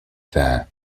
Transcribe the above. there